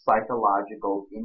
psychological